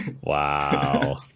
Wow